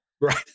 Right